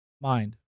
mind